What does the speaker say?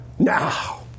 Now